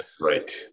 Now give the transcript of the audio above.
right